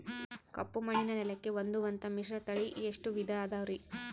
ಕಪ್ಪುಮಣ್ಣಿನ ನೆಲಕ್ಕೆ ಹೊಂದುವಂಥ ಮಿಶ್ರತಳಿ ಎಷ್ಟು ವಿಧ ಅದವರಿ?